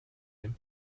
him